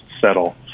settle